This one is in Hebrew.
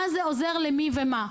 מה זה עוזר למי ומה?